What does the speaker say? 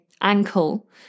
ankle